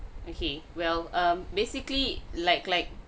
okay well um basically like like